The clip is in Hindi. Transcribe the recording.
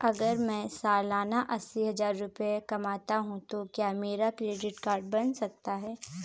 अगर मैं सालाना अस्सी हज़ार रुपये कमाता हूं तो क्या मेरा क्रेडिट कार्ड बन सकता है?